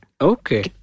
Okay